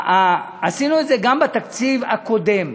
עשינו את זה גם בתקציב הקודם,